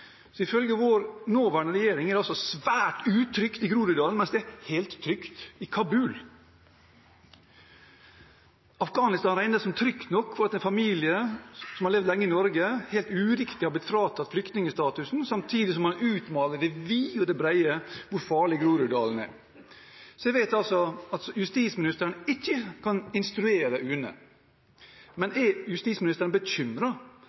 Ifølge vår nåværende regjering er det altså svært utrygt i Groruddalen, mens det er helt trygt i Kabul. Afghanistan regnes som trygt nok til at en familie som har levd lenge i Norge, helt uriktig har blitt fratatt flyktningstatusen – samtidig som man utmaler i det vide og det brede hvor farlig Groruddalen er. Jeg vet at justisministeren ikke kan instruere UNE, men